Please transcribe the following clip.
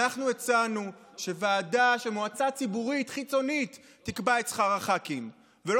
אנחנו הצענו שמועצה ציבורית חיצונית תקבע את שכר חברי הכנסת,